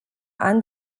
ani